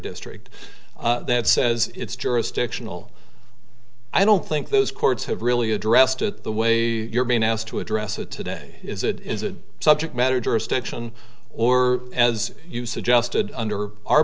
district that says it's jurisdictional i don't think those courts have really addressed it the way you're being asked to address it today is it is a subject matter jurisdiction or as you suggested under our